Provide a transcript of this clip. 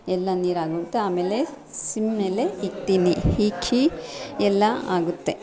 ಎಲ್ಲ ನೀರು ಆಗೋಗ್ತಾ ಆಮೇಲೆ ಸಿಮ್ ಮೇಲೆ ಇಕ್ತೀನಿ ಇಕ್ಕಿ ಎಲ್ಲ ಆಗುತ್ತೆ